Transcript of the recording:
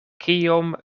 kiom